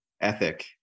ethic